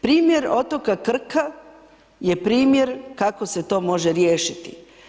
Primjer otoka Krka je primjer kako se to može riješiti.